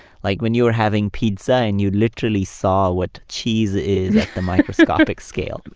like, when you're having pizza and you literally saw what cheese is at the microscopic scale.